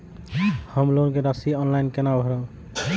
हम लोन के राशि ऑनलाइन केना भरब?